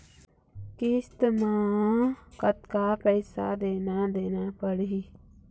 किस्त म कतका पैसा देना देना पड़ही?